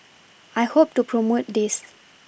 I hope to promote this